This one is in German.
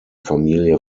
familie